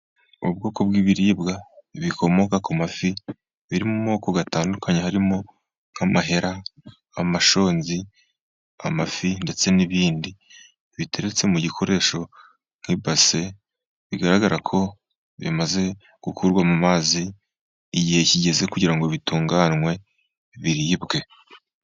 Ubu bwoko bw'ibiribwa bikomoka ku mafi biri mu moko atandukanye harimo nk'amahera ,amashonzi, amafi, ndetse n'ibindi biteretse mu gikoresho nk'ibase bigaragara ko bimaze gukorwa mu mazi igihe kigeze kugira ngo bitunganywe biribwe.